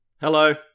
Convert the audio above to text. Hello